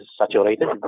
saturated